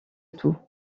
tout